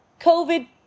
covid